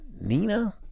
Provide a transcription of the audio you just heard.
Nina